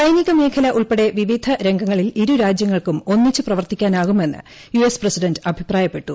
സൈനിക മേഖല ഉൾപ്പെടെ വിവിധ രംഗങ്ങളിൽ ഇരു രാജ്യങ്ങൾക്കും ഒന്നിച്ച് പ്രവർത്തിക്കാനാകുമെന്ന് യു എസ് പ്രസിഡന്റ് അഭിപ്രായപ്പെട്ടു